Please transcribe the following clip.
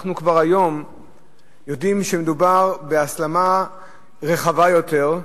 אנחנו היום כבר יודעים שמדובר בהסלמה רחבה יותר,